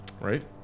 right